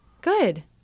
Good